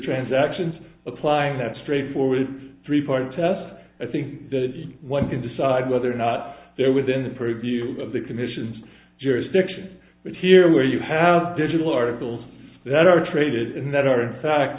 transactions applying that straightforward three part test i think that one can decide whether or not they're within the purview of the commission's jurisdiction but here where you have digital articles that are traded in that are in fact